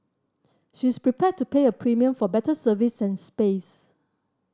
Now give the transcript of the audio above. she is prepared to pay a premium for better service and space